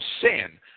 sin